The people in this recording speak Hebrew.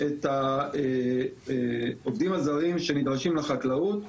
את העובדים הזרים שנדרשים לחקלאות,